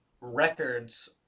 records